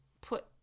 put